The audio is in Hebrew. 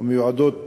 המיועדות